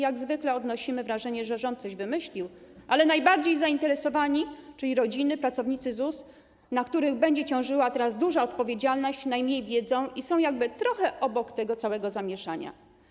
Jak zwykle odnosimy wrażenie, że rząd coś wymyślił, ale najbardziej zainteresowani, czyli rodziny, pracownicy ZUS, na których będzie ciążyła teraz duża odpowiedzialność, najmniej wiedzą i są jakby trochę obok tego całego zamieszania.